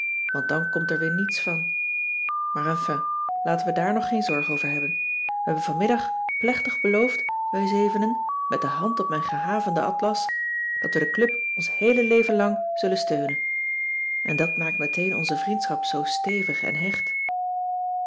want dan komt er weer niets van maar enfin laten we daar nog geen zorg over hebben we hebben vanmiddag plechtig beloofd wij zevenen met de hand op mijn gehavenden atlas dat we de club ons heele leven lang zullen steunen en dat maakt meteen onze vriendschap zoo stevig en hecht